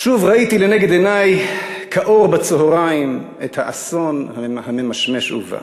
שוב ראיתי לנגד עיני כאור בצהריים את האסון הממשמש ובא,